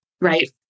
right